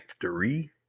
three